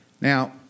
Now